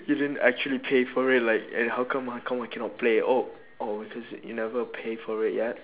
you didn't actually pay for it like eh how come how come I cannot play oh oh because you never pay for it yet